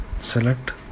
select